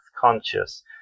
conscious